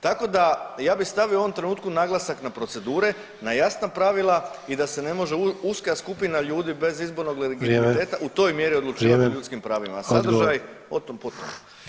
Tako da ja bih stavio u ovom trenutku naglasak na procedure, na jasna pravila i da se ne može uska skupina ljudi bez izbornog legitimiteta [[Upadica Sanader: Vrijeme.]] u toj mjeri odlučivati o ljudskim pravima, a sadržaj o tom, po tom.